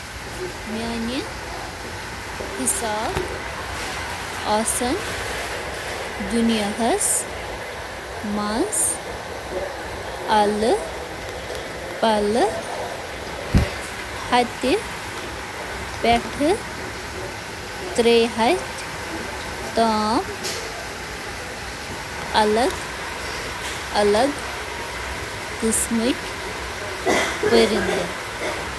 ہندوستانَس منٛز چھِ وُڑوٕنۍ جاناوارَن ہٕنٛدۍ لَگ بَگ اکھ ساس ترٛےٚ ہتھ سَتَتھ, قسٕم، یِمَو منٛز اَکٲسی مُلکَس منٛز مقٲمی چھِ۔ ہندوستانٕک وُڑوٕنۍ جاناوارَن ہٕنٛدۍ قٕسم چھِ شُوُہہ, آرڈرَن تہٕ اکھ ہتھ ژۄداہ, خاندانَن منٛز درجہٕ بندی کرنہٕ آمٕتۍ۔